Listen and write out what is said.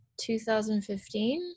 2015